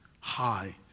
high